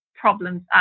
problems